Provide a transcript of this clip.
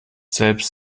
selbst